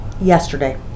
yesterday